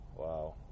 Wow